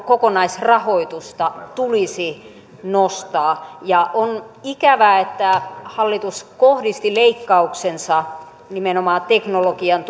kokonaisrahoitusta tulisi nostaa on ikävää että hallitus kohdisti leikkauksensa nimenomaan teknologian